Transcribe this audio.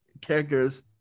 characters